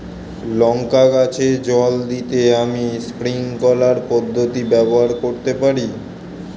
লঙ্কা গাছে জল দিতে আমি স্প্রিংকলার পদ্ধতি ব্যবহার করতে পারি?